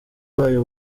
bayo